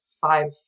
five